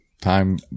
Time